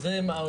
כן.